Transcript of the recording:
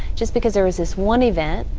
just because there is this one event,